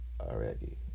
Already